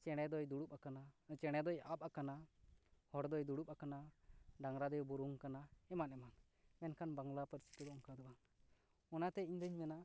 ᱪᱮᱬᱮ ᱫᱚᱭ ᱫᱩᱲᱩᱵ ᱟᱠᱟᱱᱟ ᱪᱮᱸ ᱬᱮ ᱫᱚᱭ ᱟᱵᱽ ᱟᱠᱟᱱᱟ ᱦᱚᱲ ᱫᱚᱭ ᱫᱩᱲᱩᱯ ᱟᱠᱟᱱᱟ ᱰᱟᱝᱨᱟ ᱫᱚᱭ ᱵᱩᱨᱩᱱ ᱟᱠᱟᱱᱟ ᱮᱢᱟᱱ ᱮᱢᱟᱱ ᱢᱮᱱᱷᱟᱱ ᱵᱟᱝᱞᱟ ᱯᱟᱹᱨᱥᱤ ᱛᱮᱫᱚ ᱚᱱᱠᱟ ᱫᱚ ᱵᱟᱝ ᱚᱱᱟ ᱛᱮ ᱤᱧ ᱫᱩᱧ ᱢᱮᱱᱟ